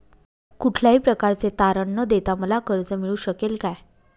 कुठल्याही प्रकारचे तारण न देता मला कर्ज मिळू शकेल काय?